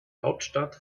hauptstadt